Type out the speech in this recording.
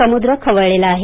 समुद्र खवळलेला आहे